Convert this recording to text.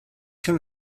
can